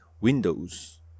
Windows